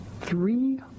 Three